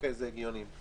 זה הגיוני.